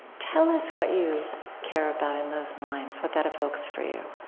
tell us what you care about in those lines, what that evokes for you